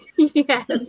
Yes